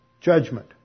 judgment